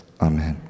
Amen